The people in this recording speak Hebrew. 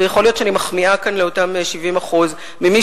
ויכול להיות שאני מחמיאה כאן לאותם 70% ממי